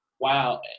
Wow